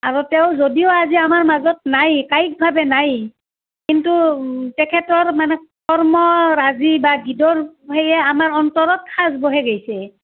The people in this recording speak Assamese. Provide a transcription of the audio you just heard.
আৰু তেওঁ যদিও আজি আমাৰ মাজত নাই কায়িকভাৱে নাই কিন্তু তেখেতৰ মানে কৰ্মৰাজি বা গীতৰ হেৰিয়ে আমাৰ অন্তৰত সাঁচ বহাই গৈছে